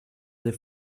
des